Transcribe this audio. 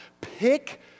pick